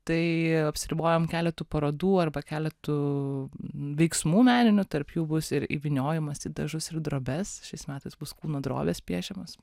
tai apsiribojam keletu parodų arba keletu veiksmų meninių tarp jų bus ir įvyniojimas į dažus ir drobes šiais metais bus kūnu drobės piešimos